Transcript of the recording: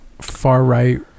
far-right